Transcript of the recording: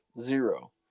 Zero